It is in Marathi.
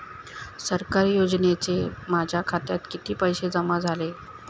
सरकारी योजनेचे माझ्या खात्यात किती पैसे जमा झाले?